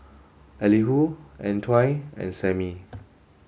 Elihu Antoine and Samie